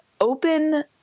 open